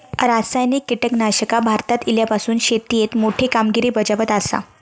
रासायनिक कीटकनाशका भारतात इल्यापासून शेतीएत मोठी कामगिरी बजावत आसा